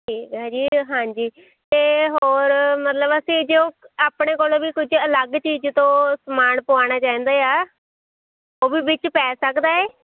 ਠੀਕ ਹੈ ਜੀ ਹਾਂਜੀ ਅਤੇ ਹੋਰ ਮਤਲਬ ਅਸੀਂ ਜੋ ਆਪਣੇ ਕੋਲੋਂ ਵੀ ਕੁਝ ਅਲੱਗ ਚੀਜ਼ ਤੋਂ ਸਮਾਨ ਪਵਾਉਣਾ ਚਾਹੁੰਦੇ ਹਾਂ ਉਹ ਵੀ ਵਿੱਚ ਪੈ ਸਕਦਾ ਹੈ